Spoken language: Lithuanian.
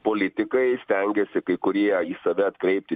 politikai stengiasi kai kurie į save atkreipti